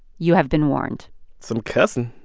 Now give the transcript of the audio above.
you have been warned some cussing